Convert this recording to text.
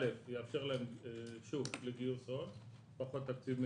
דבר אחד, זה יאפשר להם גיוס הון ודבר שני,